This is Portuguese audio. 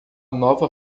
nova